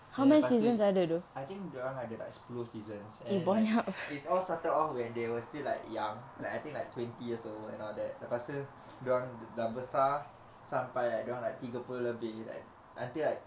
then lepas tu he I think dia orang ada like sepuluh seasons and then like it's all started off when they were still like young like I think like twenty years old and all that lepas tu dia orang dah besar sampai like dia orang like tiga puluh lebih and until like